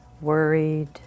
worried